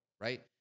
right